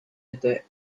other